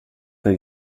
per